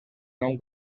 nom